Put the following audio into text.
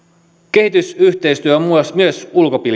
kehitysyhteistyö on myös